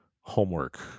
homework